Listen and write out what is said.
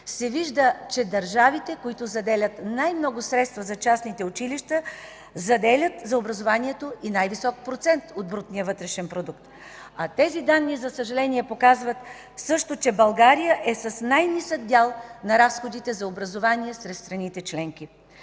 се вижда, че държавите, които заделят най-много средства за частните училища, заделят за образованието и най-висок процент от брутния вътрешен продукт, а тези данни, за съжаление, показват също, че България е с най-нисък дял на разходите за образование сред страните членки.